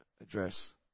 address